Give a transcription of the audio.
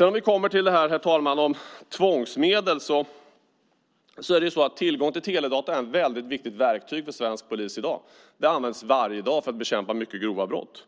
När det gäller tvångsmedel är tillgång till teledata ett viktigt verktyg för svensk polis i dag. Det används varje dag för att bekämpa mycket grova brott.